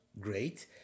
great